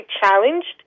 challenged